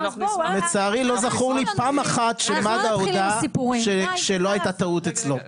לצערי לא זכורה לי פעם אחת שמד"א הודה שלא הייתה טעות אצלו,